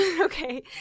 okay